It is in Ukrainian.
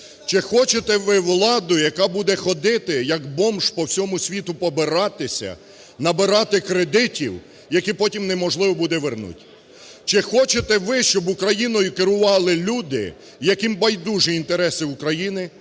Чи хочете ви владу, яка буде ходити як бомж по всьому світу, побиратися, набирати кредитів, які потім неможливо буде вернуть? Чи хочете ви, щоб Україною керували люди, яким байдужі інтереси України,